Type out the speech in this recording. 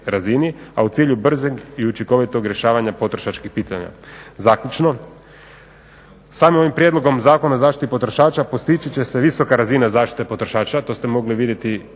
razini, a u cilju bržeg i učinkovitog rješavanja potrošačkih pitanja. Zaključno, samim ovim prijedlogom Zakona o zaštiti potrošača postići će se visoka razina zaštite potrošača, to ste mogli vidjeti